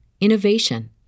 innovation